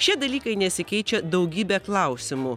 šie dalykai nesikeičia daugybe klausimų